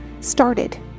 started